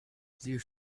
clear